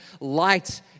light